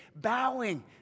bowing